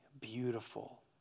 beautiful